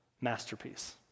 masterpiece